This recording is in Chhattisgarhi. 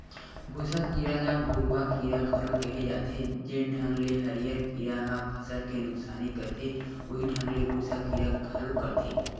भूँसा कीरा ल भूरूवा कीरा घलो केहे जाथे, जेन ढंग ले हरियर कीरा ह फसल के नुकसानी करथे उहीं ढंग ले भूँसा कीरा घलो करथे